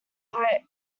but